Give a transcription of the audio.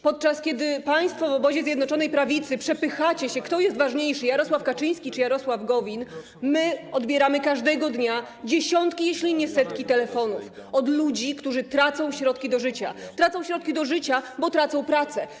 Podczas kiedy państwo w obozie Zjednoczonej Prawicy przepychacie się, kto jest ważniejszy: Jarosław Kaczyński czy Jarosław Gowin, my odbieramy każdego dnia dziesiątki, jeśli nie setki, telefonów od ludzi, którzy tracą środki do życia, bo tracą pracę.